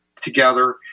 together